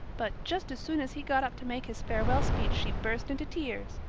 but just as soon as he got up to make his farewell speech she burst into tears.